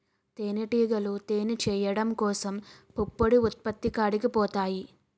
తేనిటీగలు తేనె చేయడం కోసం పుప్పొడి ఉత్పత్తి కాడికి పోతాయి